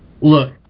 Look